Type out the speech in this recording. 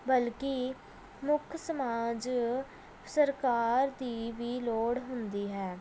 ਬਲਕਿ ਮੁੱਖ ਸਮਾਜ ਸਰਕਾਰ ਦੀ ਵੀ ਲੋੜ ਹੁੰਦੀ ਹੈ